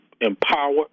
empower